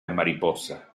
mariposa